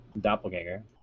doppelganger